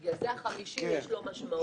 בגלל זה ל-50 יש משמעות.